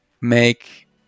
make